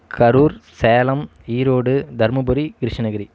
Karur Salem Erode Dharmapuri Krishnagiri